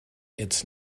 its